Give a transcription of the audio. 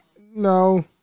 no